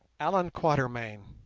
allan quatermain,